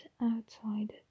outside